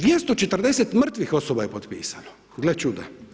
240 mrtvih osoba je potpisano, gle čuda.